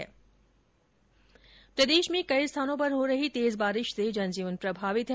न प्रदेश में कई स्थानों पर हो रही तेज बारिश से जनजीवन प्रभावित है